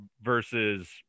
versus